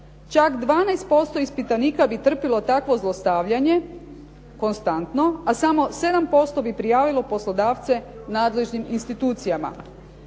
Čak 12% ispitanika bi trpjelo takvo zlostavljanje konstantno a samo 7% bi prijavilo poslodavce nadležnim institucijama.